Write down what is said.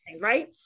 right